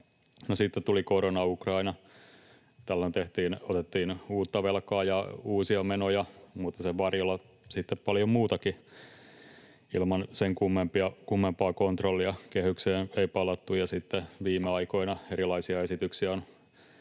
sitten tuli korona ja Ukraina, ja tällöin otettiin uutta velkaa ja tehtiin uusia menoja, mutta sen varjolla sitten paljon muutakin ilman sen kummempaa kontrollia. Kehykseen ei palattu, ja sitten viime aikoina erilaisia menolisäyksiä